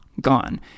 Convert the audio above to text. Gone